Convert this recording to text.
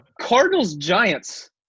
Cardinals-Giants